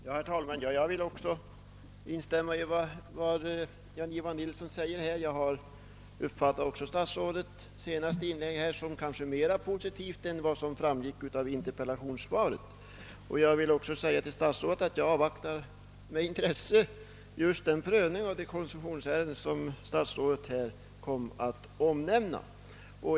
Herr talman! Jag vill instämma i vad herr Nilsson i Tvärålund sade; även jag uppfattade statsrådets senaste inlägg som kanske mer positivt än interpellationssvaret. Jag vill också säga till herr statsrådet, att jag med intresse avvaktar prövningen av det koncessionsärende som statsrådet kom att omnämna.